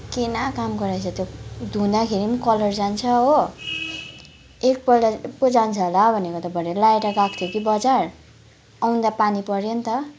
केही न कामको रहेछ त्यो धुँदाखेरि पनि कलर जान्छ हो एकपल्ट पो जान्छ होला भनेको त भरे लगाएर गएको थिएँ कि बजार आउँदा पानी पऱ्यो नि त